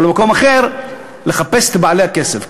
או למקום אחר לחפש את בעלי הכסף,